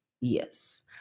Yes